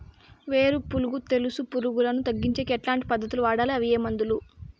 వేరు పులుగు తెలుసు పులుగులను తగ్గించేకి ఎట్లాంటి పద్ధతులు వాడాలి? అవి ఏ మందులు?